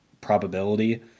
probability